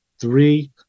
three